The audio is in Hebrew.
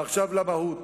ועכשיו למהות.